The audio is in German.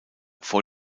vor